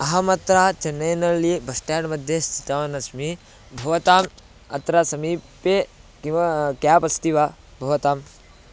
अहमत्र चन्नैनळ्ळी बस्टाण्ड्मध्ये स्थितवान् अस्मि भवताम् अत्र समीपे किं केब् अस्ति वा भवताम्